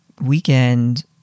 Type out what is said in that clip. weekend